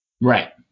Right